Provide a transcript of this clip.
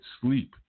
sleep